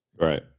Right